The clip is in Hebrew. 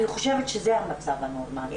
אני חושבת שזה המצב הנורמלי.